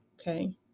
Okay